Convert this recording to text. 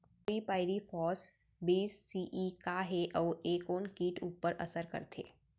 Chlorpyrifos बीस CE का हे अऊ ए कोन किट ऊपर असर करथे?